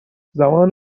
زمان